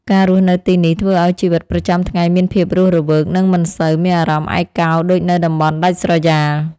ការរស់នៅទីនេះធ្វើឱ្យជីវិតប្រចាំថ្ងៃមានភាពរស់រវើក និងមិនសូវមានអារម្មណ៍ឯកោដូចនៅតំបន់ដាច់ស្រយាល។